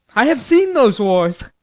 i have seen those wars.